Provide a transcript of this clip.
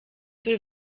will